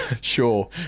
Sure